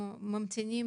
התנתקה.